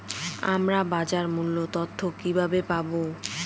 আমরা বাজার মূল্য তথ্য কিবাবে পাবো?